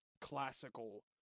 classical